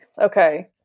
okay